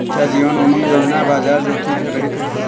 क्या जीवन उमंग योजना बाजार जोखिम से रहित है?